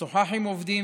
שוחח עם עובדים,